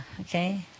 okay